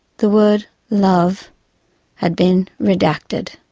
the word love had been redacted.